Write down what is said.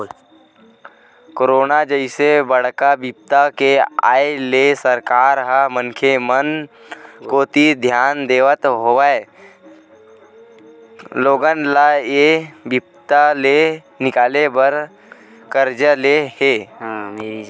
corona जइसे बड़का बिपदा के आय ले सरकार ह मनखे मन कोती धियान देवत होय लोगन ल ऐ बिपदा ले निकाले बर करजा ले हे